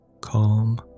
Calm